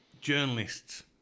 journalists